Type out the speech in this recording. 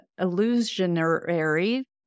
illusionary